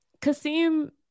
kasim